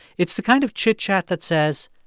it's the kind of chitchat that says,